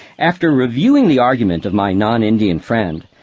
after reviewing the argument of my non-indian friend,